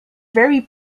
very